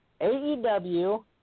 AEW